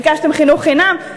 ביקשתם חינוך חינם?